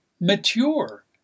mature